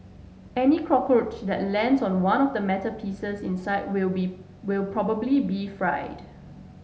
any cockroach that lands on the one of the metal pieces inside will be will probably be fried